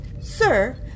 sir